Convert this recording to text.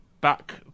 Back